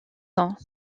ans